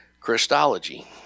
Christology